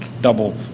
double